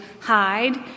hide